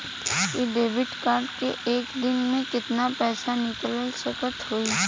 इ debit card से एक दिन मे कितना पैसा निकाल सकत हई?